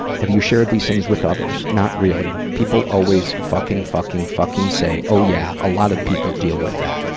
have you shared these things with others? not really. people always fucking, fucking, fucking say, oh, yeah. a lot of people deal with that.